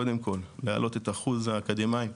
קודם כל להעלות את אחוז האקדמאיים,